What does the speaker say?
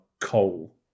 coal